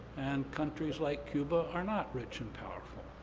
and countries like cuba are not rich and powerful.